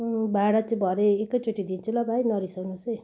म भाडा चाहिँ भरे एकै चोटि दिन्छु ल भाइ नरिसाउनु होस् है